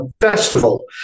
festival